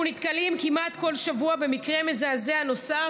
אנחנו נתקלים כמעט כל שבוע במקרה מזעזע נוסף